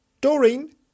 Doreen